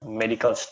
medical